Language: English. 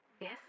Yes